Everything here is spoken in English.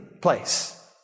place